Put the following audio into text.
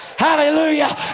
Hallelujah